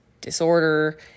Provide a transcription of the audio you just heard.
disorder